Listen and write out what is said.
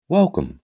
Welcome